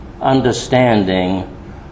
understanding